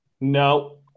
No